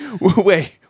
Wait